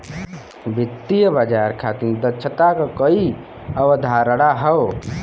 वित्तीय बाजार खातिर दक्षता क कई अवधारणा हौ